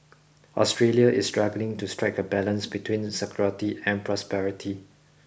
Australia is struggling to strike a balance between security and prosperity